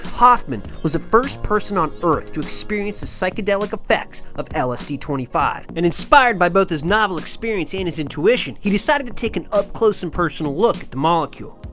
hoffman was the first person on earth to experience the psychedelic effects of lsd twenty five, and inspired by both this novel experience and his intuition, he decided to take an up close and personal look at the molecule.